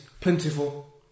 plentiful